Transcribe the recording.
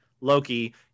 Loki